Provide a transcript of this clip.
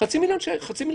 חצי מיליארד שקל